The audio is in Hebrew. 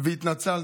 שהתנצל,